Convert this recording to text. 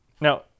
Now